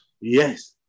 Yes